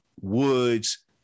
Woods